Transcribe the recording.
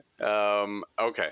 Okay